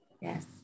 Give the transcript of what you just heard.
Yes